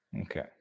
Okay